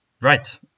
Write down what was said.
right